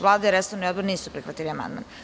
Vlada i resorni odbor nisu prihvatili amandman.